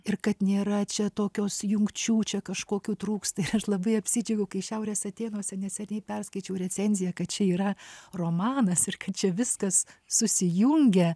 ir kad nėra čia tokios jungčių čia kažkokių trūksta aš labai apsidžiaugiau kai šiaurės atėnuose neseniai perskaičiau recenziją kad čia yra romanas ir kad čia viskas susijungia